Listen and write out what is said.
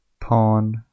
pawn